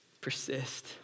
persist